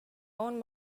own